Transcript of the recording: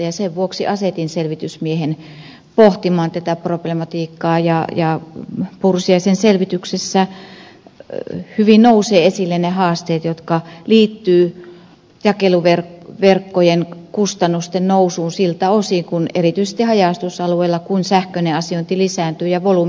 sen vuoksi asetin selvitysmiehen pohtimaan tätä problematiikkaa ja pursiaisen selvityksessä hyvin nousevat esille ne haasteet jotka liittyvät jakeluverkkojen kustannusten nousuun siltä osin kuin erityisesti haja asutusalueilla sähköinen asiointi lisääntyy ja volyymit pienenevät